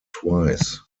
twice